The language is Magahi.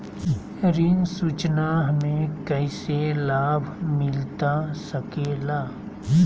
ऋण सूचना हमें कैसे लाभ मिलता सके ला?